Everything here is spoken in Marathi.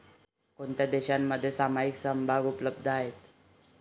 कोणत्या देशांमध्ये सामायिक समभाग उपलब्ध आहेत?